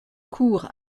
cours